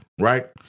right